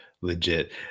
legit